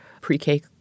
pre-K